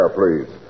please